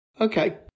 Okay